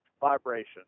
vibration